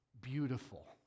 beautiful